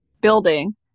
building